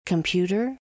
Computer